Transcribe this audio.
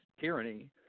tyranny